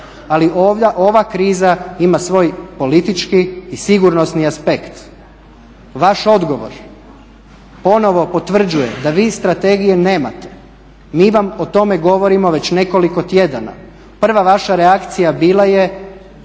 Ali ova kriza ima svoj politički i sigurnosni aspekt. Vaš odgovor ponovno potvrđuje da vi strategije nemate. Mi vam o tome govorimo već nekoliko tjedana. Prva vaša reakcija bila je